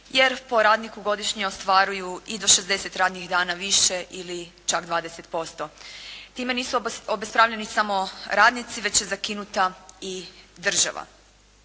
jer po radniku godišnje ostvaruju i do 60 radnih dana više ili čak 20%. Time nisu obespravljeni samo radnici već je zakinuta i država.